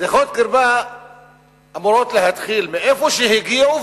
שיחות קרבה אמורות להתחיל מאיפה שהגיעו,